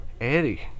Eddie